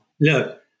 look